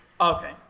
Okay